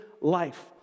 life